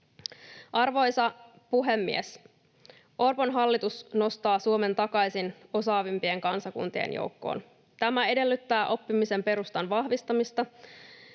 Arvoisa puhemies! Orpon hallitus nostaa Suomen takaisin osaavimpien kansakuntien joukkoon. Tämä edellyttää oppimisen perustan vahvistamista